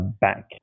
back